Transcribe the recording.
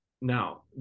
now